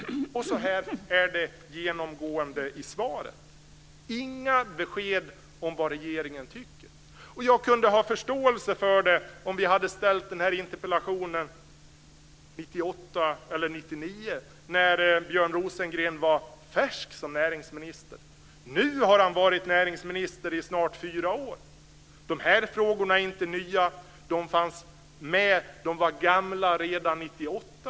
Så här är det genomgående i svaret - inga besked om vad regeringen tycker. Jag kunde ha förståelse för det om vi hade interpellerat år 1998 eller år 1999 när Björn Rosengren var färsk som näringsminister. Nu har han varit näringsminister i nästan fyra år. De här frågorna är inte nya, utan de fanns med och var gamla redan år 1998.